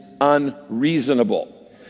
unreasonable